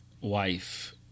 Wife